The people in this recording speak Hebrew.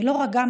ולא רק,